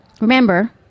remember